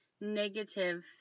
negative